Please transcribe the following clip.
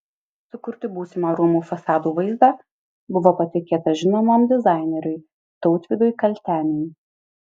sukurti būsimą rūmų fasadų vaizdą buvo patikėta žinomam dizaineriui tautvydui kalteniui